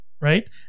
Right